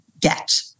get